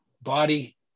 body